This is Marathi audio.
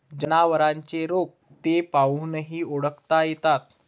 जनावरांचे रोग ते पाहूनही ओळखता येतात